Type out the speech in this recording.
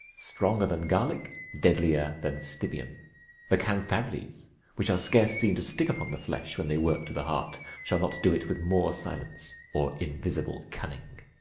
stronger than garlic, deadlier than stibium the cantharides, which are scarce seen to stick upon the flesh, when they work to the heart, shall not do it with more silence or invisible cunning.